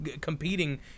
competing